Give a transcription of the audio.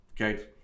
okay